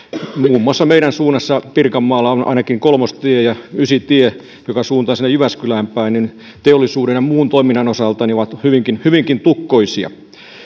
muun muassa meidän suunnassamme pirkanmaalla ainakin kolmostie ja ysitie joka suuntaa sinne jyväskylään päin teollisuuden ja muun toiminnan osalta ovat hyvinkin hyvinkin tukkoisia